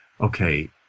okay